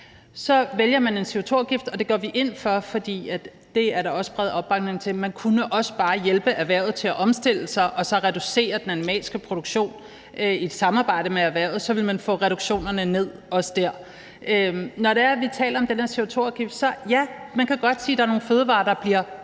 Så vælger man en CO2-afgift, og det går vi ind for, for det er der også bred opbakning til. Man kunne også bare hjælpe erhvervet til at omstille sig og så reducere den animalske produktion i et samarbejde med erhvervet; så ville man også få reduktioner der. Når vi taler om den her CO2-afgift, kan man godt sige, at, ja, der er nogle fødevarer, der bliver dyrere